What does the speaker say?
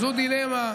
זאת דילמה.